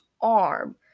arm